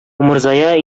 умырзая